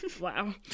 Wow